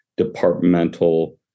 departmental